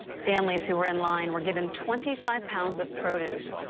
families who were in line were given twenty five pounds of produce,